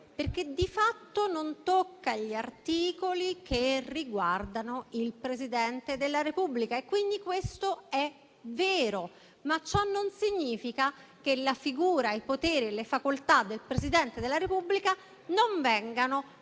parole. Di fatto non tocca gli articoli che riguardano il Presidente della Repubblica. Questo è vero, ma ciò non significa che la figura, i poteri e le facoltà del Presidente della Repubblica non vengano